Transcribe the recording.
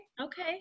okay